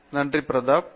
மூர்த்தி நன்றி பிரதாப்